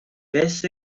beth